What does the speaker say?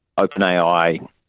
OpenAI